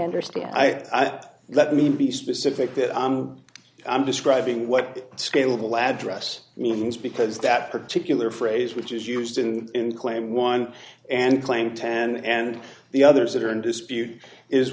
understand i've let me be specific that i'm describing what scalable address means because that particular phrase which is used in claim one and claim ten and the others that are in dispute is